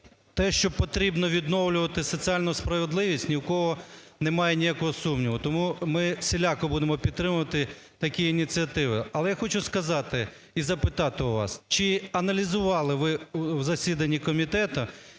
те, що потрібно відновлювати соціальну справедливість ні в кого немає ніякого сумніву, тому ми всіляко будемо підтримувати такі ініціативи. Але я хочу сказати і запитати у вас. Чи аналізували ви в засіданні комітету